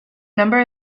number